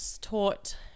taught